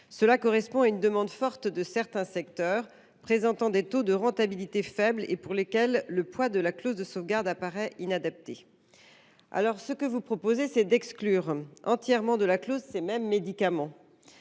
elle à une demande forte émanant de certains secteurs, qui présentent des taux de rentabilité faibles et pour lesquels le poids de la clause de sauvegarde apparaît inadapté. Nos collègues proposent d’exclure entièrement de la clause ces mêmes médicaments